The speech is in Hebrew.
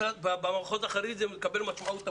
במחוז החרדי זה מקבל משמעות הפוכה.